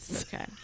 Okay